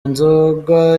nzoga